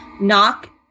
knock